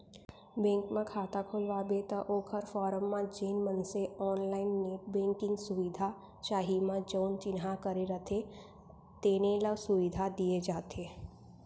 bank म खाता खोलवाबे त ओकर फारम म जेन मनसे ऑनलाईन नेट बेंकिंग सुबिधा चाही म जउन चिन्हा करे रथें तेने ल सुबिधा दिये जाथे